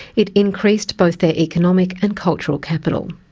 it increased both their economic and cultural capital.